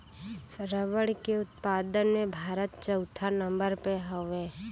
रबड़ के उत्पादन में भारत चउथा नंबर पे हउवे